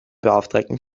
beauftragten